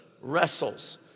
wrestles